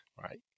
right